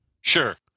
sure